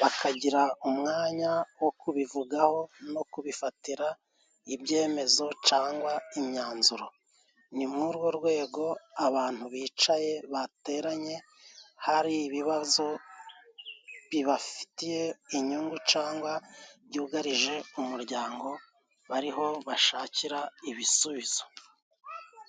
bakagira umwanya wo kubivugaho no kubifatira ibyemezo cangwa imyanzuro ,ni muri urwo rwego abantu bicaye bateranye hari ibibazo bibafitiye inyungu cangwa byugarije umuryango bariho bashakira ibisubizo.